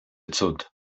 cud